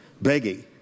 begging